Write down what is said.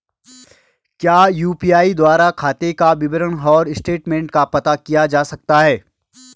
क्या यु.पी.आई द्वारा खाते का विवरण और स्टेटमेंट का पता किया जा सकता है?